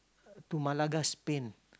to Malaga Spain